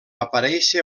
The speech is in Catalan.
aparèixer